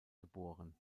geboren